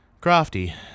Crafty